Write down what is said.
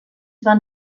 van